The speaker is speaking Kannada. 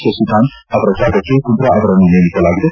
ಶಶಿಕಾಂತ್ ಅವರ ಜಾಗಕ್ಕೆ ಕುಂದ್ರಾ ಅವರನ್ನು ನೇಮಿಸಲಾಗಿದೆ